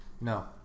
No